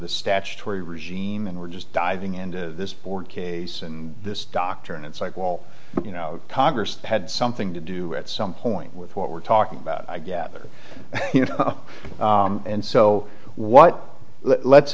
the statutory regime and we're just diving into this board case and this doctor and it's like well you know congress had something to do at some point with what we're talking about i gather you know and so what let's